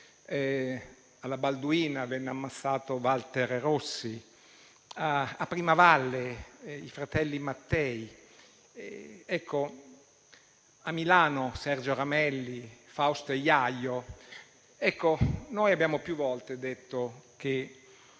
Alla Balduina venne ammazzato Walter Rossi; a Primavalle i fratelli Mattei; a Milano Sergio Ramelli, Fausto e Iaio. Noi abbiamo più volte detto che